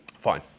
Fine